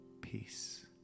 peace